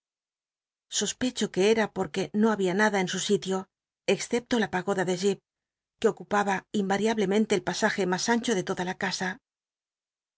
sospecho que ca porque no había nada en su sitio excepto la pagoda de j ip que ocupaba inmriablemcntc el pasaje mas ancho de tolla la c